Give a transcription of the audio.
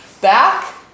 back